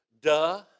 duh